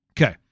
Okay